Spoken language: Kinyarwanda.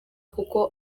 kuko